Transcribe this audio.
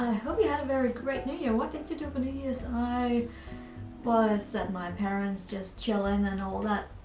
i hope that you had a very great new year, what did you do for new years? i was at my parents' just chillin' and all that.